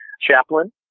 chaplain